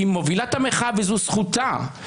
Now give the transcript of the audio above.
היא מובילת המחאה וזו זכותה,